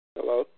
Hello